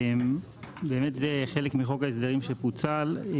באמת זה חלק מחוק ההסדרים שפוצל.